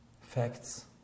facts